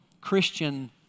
Christian